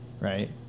right